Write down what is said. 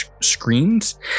screens